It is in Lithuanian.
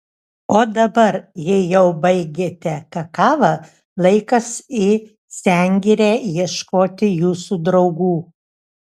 o dabar jei jau baigėte kakavą laikas į sengirę ieškoti jūsų draugų